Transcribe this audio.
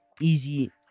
easy